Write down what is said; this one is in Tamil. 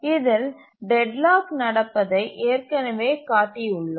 இதில் டெட்லாக் நடப்பதை ஏற்கனவே காட்டியுள்ளோம்